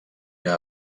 que